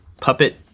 puppet